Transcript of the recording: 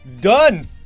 Done